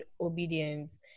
obedience